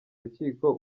rukiko